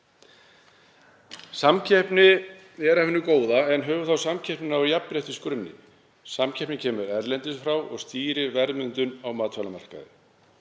Samkeppni er af hinu góða en höfum þá samkeppnina á jafnréttisgrunni. Samkeppnin kemur að utan og stýrir verðmyndun á matvælamarkaði.